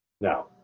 now